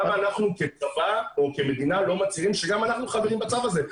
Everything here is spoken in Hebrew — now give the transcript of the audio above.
למה אנחנו כצבא או כמדינה לא מצהירים שגם אנחנו חברים בצו הזה?